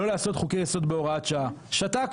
לא לעשות חוקי יסוד בהוראת שעה שתקנו,